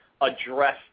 address